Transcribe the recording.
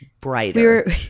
brighter